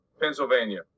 Pennsylvania